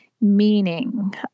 meaning